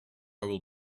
will